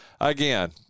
again